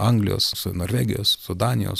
anglijos su norvegijos su danijos